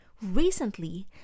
Recently